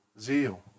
zeal